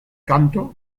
canto